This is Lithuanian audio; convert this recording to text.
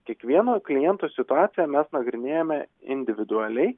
kiekvieno kliento situaciją mes nagrinėjame individualiai